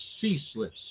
ceaseless